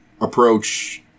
approach